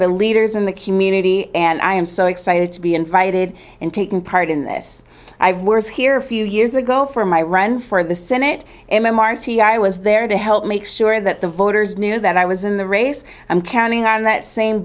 the leaders in the community and i am so excited to be invited in taking part in this i've words here a few years ago for my run for the senate and marty i was there to help make sure that the voters knew that i was in the race i'm counting on that same